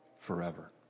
forever